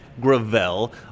Gravel